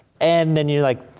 and then you're like,